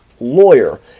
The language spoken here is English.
lawyer